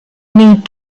need